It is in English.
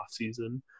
offseason